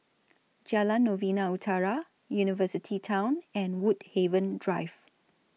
Jalan Novena Utara University Town and Woodhaven Drive